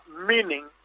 meaning